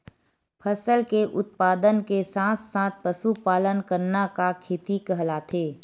फसल के उत्पादन के साथ साथ पशुपालन करना का खेती कहलाथे?